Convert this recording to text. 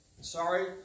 Sorry